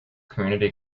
community